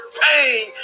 pain